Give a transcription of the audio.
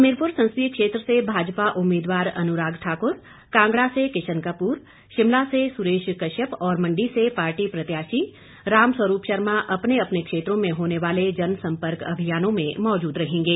हमीरपुर संसदीय क्षेत्र से भाजपा उम्मीदवार अनुराग ठाकुर कांगड़ा से किशन कपूर शिमला से सुरेश कश्यप और मंडी से पार्टी प्रत्याशी रामस्वरूप शर्मा अपने अपने क्षेत्रों में होने वाले जनसंपर्क अभियानों में मौजूद रहेंगे